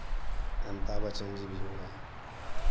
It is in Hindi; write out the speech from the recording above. अमिताभ बच्चन जी भी हुए हैं